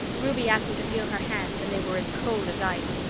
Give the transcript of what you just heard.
ruby asked me to feel her hands and they were as cold as ice.